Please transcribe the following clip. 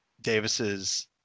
Davis's